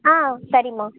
ஆ சரிம்மா